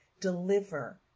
deliver